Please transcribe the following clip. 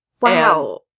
Wow